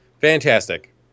Fantastic